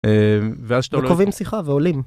וקובעים שיחה ועולים.